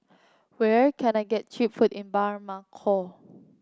where can I get cheap food in Bamako